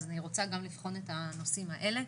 אז אני רוצה גם לבחון את הנושאים האלה.